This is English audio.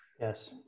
yes